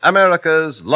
America's